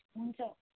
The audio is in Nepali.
हुन्छ